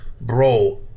Bro